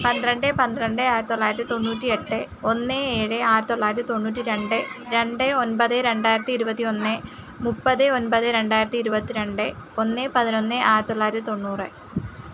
പന്ത്രണ്ട് പന്ത്രണ്ട് ആയിരത്തി തൊള്ളായിരത്തി തൊണ്ണൂറ്റി എട്ട് ഒന്ന് ഏഴ് ആയിരത്തി തൊള്ളായിരത്തി തൊണ്ണൂറ്റി രണ്ട് രണ്ട് ഒൻപത് രണ്ടായിരത്തി ഇരുപത്തി ഒന്ന് മുപ്പത് ഒൻപത് രണ്ടായിരത്തി ഇരുപത്തിരണ്ട് ഒന്ന് പതിനൊന്ന് ആയിരത്തി തൊള്ളായിരത്തി തൊണ്ണൂറ്